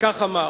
וכך אמר: